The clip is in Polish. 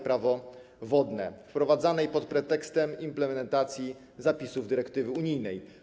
Prawo wodne, wprowadzaną pod pretekstem implementacji zapisów dyrektywy unijnej.